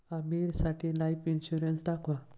आमीरसाठी life insurance दाखवा